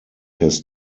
his